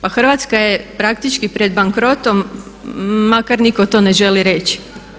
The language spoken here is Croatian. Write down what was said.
Pa Hrvatska je praktički pred bankrotom makar nitko to ne želi reći.